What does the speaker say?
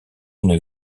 une